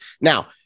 Now